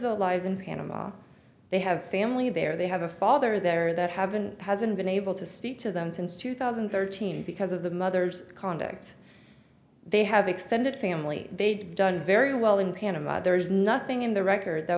panama they have family there they have a father there that have been hasn't been able to speak to them since two thousand and thirteen because of the mother's conduct they have extended family they'd done very well in canada but there is nothing in the record that